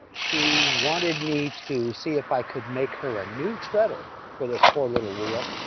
ah she wanted me to see if i could make her a new treadle for this poor little wheel.